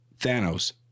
Thanos